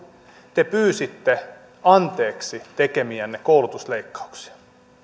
te pyysitte anteeksi tekemiänne koulutusleikkauksia